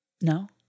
No